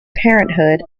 parenthood